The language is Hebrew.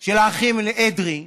של האחים אדרי,